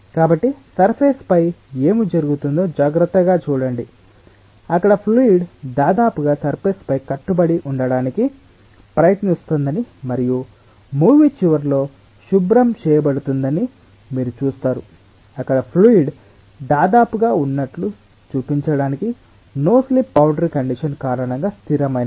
కాబట్టి సర్ఫేస్ పై ఏమి జరుగుతుందో జాగ్రత్తగా చూడండి అక్కడ ఫ్లూయిడ్ దాదాపుగా సర్ఫేస్ పై కట్టుబడి ఉండటానికి ప్రయత్నిస్తుందని మరియు మూవీ చివరలో శుభ్రం చేయబడుతుందని మీరు చూస్తారు అక్కడ ఫ్లూయిడ్ దాదాపుగా ఉన్నట్లు చూపించడానికి నో స్లిప్ బౌండరీ కండిషన్ కారణంగా స్థిరమైనది